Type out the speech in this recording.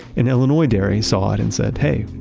an illinois dairy saw it and said hey,